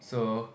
so